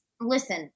listen